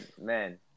man